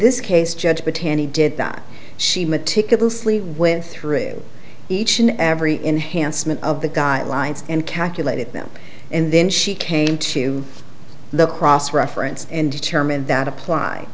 this case judge potente did that she meticulously went through each and every enhanced of the guidelines and calculated them and then she came to the cross reference and determined that apply